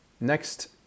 Next